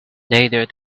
neither